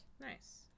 Nice